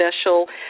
special